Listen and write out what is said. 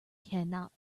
cannot